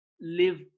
live